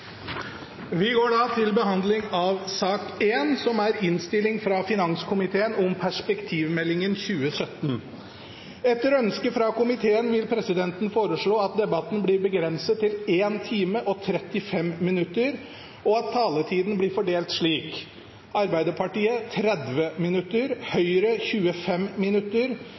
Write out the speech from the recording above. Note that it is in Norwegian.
Etter ønske fra finanskomiteen vil presidenten foreslå at debatten blir begrenset til 1 time og 35 minutter, og at taletiden blir fordelt slik: Arbeiderpartiet 30 minutter, Høyre 25 minutter,